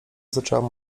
zaczęła